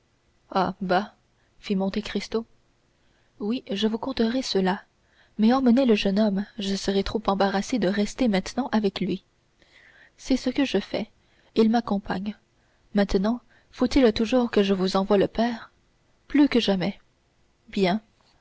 fit monte cristo oui je vous conterai cela mais emmenez le jeune homme je serais trop embarrassé de rester maintenant avec lui c'est ce que je fais il m'accompagne maintenant faut-il toujours que je vous envoie le père plus que jamais bien